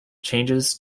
changes